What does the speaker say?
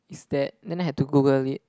is that then I had to Google it